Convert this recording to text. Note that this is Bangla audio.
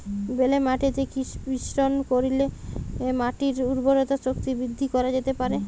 বেলে মাটিতে কি মিশ্রণ করিলে মাটির উর্বরতা শক্তি বৃদ্ধি করা যেতে পারে?